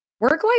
Work-life